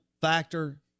factor